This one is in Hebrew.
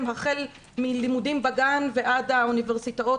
החל מלימודים בגן ועד האוניברסיטאות,